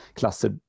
klasser